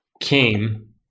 came